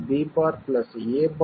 b' a'